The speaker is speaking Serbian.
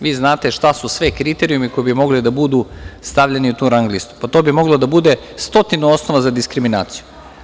Vi znate šta su sve kriterijumi koji bi mogli biti stavljeni u tu rang listu, pa to bi moglo da bude stotina osnova za diskriminaciju.